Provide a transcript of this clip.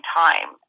time